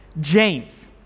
James